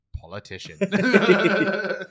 politician